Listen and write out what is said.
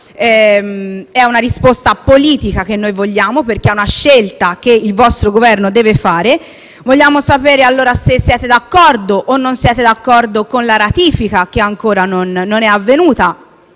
È una risposta politica quella che vogliamo, perché è una scelta che il Governo deve fare. Vogliamo sapere allora se siete d'accordo o meno con la ratifica, che ancora non è avvenuta,